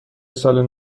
سال